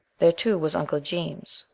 there, too, was uncle geemes,